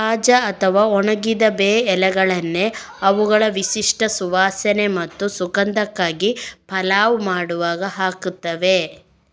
ತಾಜಾ ಅಥವಾ ಒಣಗಿದ ಬೇ ಎಲೆಗಳನ್ನ ಅವುಗಳ ವಿಶಿಷ್ಟ ಸುವಾಸನೆ ಮತ್ತು ಸುಗಂಧಕ್ಕಾಗಿ ಪಲಾವ್ ಮಾಡುವಾಗ ಹಾಕ್ತೇವೆ